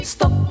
Stop